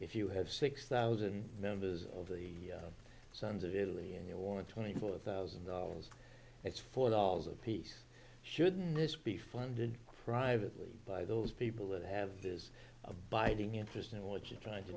if you have six thousand members of the sons of italy and you want twenty four thousand dollars that's four dollars apiece shouldn't this be funded privately by those people that have this abiding interest in what you're trying to